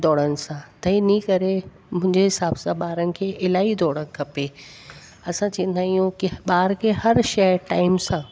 त हिन करे मुंहिंजे हिसाब सां ॿारनि खे इलही दौड़ खपे असां चवंदा आहियूं ॿार खे हर शइ टाईम सां